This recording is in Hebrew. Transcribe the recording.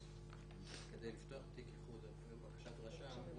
כדי לפתוח תיק איחוד לבקשת רשם,